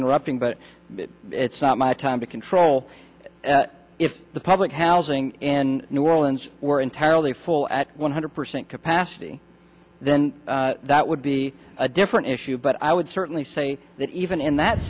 interrupting but it's not my time to control if the public housing in new orleans were entirely full at one hundred percent capacity then that would be a different issue but i would certainly say that even in that